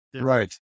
Right